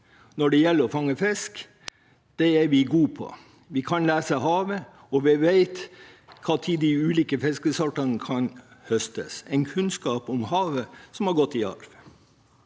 når det gjelder å fange fisk, er vi gode på. Vi kan lese havet, og vi vet når de ulike fiskesortene kan høstes – en kunnskap om havet som har gått i arv.